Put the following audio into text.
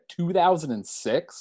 2006